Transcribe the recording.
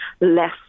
less